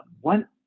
one